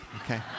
okay